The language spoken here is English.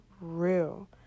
real